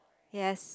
yes